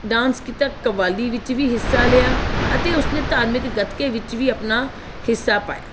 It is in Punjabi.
ਡਾਂਸ ਕੀਤਾ ਕਵਾਲੀ ਵਿੱਚ ਵੀ ਹਿੱਸਾ ਲਿਆ ਅਤੇ ਉਸਨੇ ਧਾਰਮਿਕ ਗੱਤਕੇ ਵਿੱਚ ਵੀ ਆਪਣਾ ਹਿੱਸਾ ਪਾਇਆ